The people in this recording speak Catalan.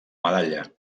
medalla